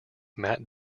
matt